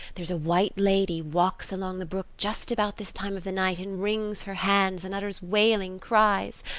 there's a white lady walks along the brook just about this time of the night and wrings her hands and utters wailing cries.